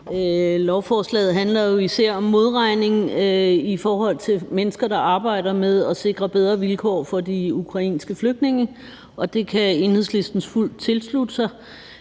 Lovforslaget handler jo især om modregningen i forhold til mennesker, der arbejder med at sikre bedre vilkår for de ukrainske flygtninge, og det kan Enhedslisten fuldt ud tilslutte sig.